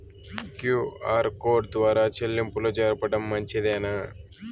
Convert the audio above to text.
QR code ద్వారా చెల్లింపులు జరపడం మంచిదేనా?